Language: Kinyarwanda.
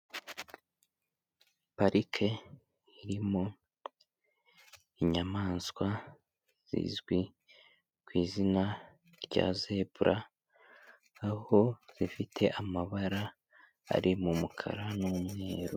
Parike iri mu inyamaswa zizwi ku izina rya zebra, aho zifite amabara ari mu mukara n'umweru.